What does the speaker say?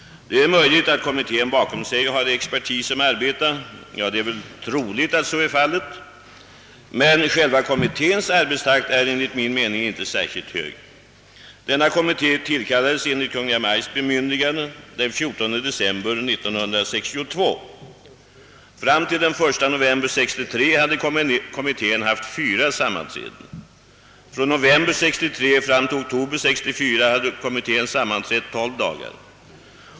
Det är möjligt att kommittén bakom sig har expertis som arbetar — ja, det är väl troligt att så är fallet. Men själva kommitténs arbetstakt är enligt min mening inte särskilt hög. Denna kommitté = tillkallades enligt Kungl. Maj:ts bemyndigande den 14 december 1962. Fram till den 1 november 1963 hade kommittén haft fyra sammanträden. Från november 1963 fram till oktober 1964 har kommittén sammanträtt tolv dagar.